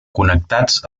connectats